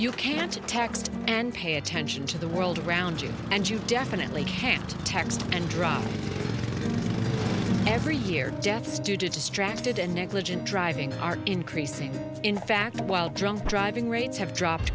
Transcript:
you can't text and pay attention to the world around you and you definitely can't text and drive every year deaths due to distracted and negligent driving are increasing in fact while drunk driving rates have dropped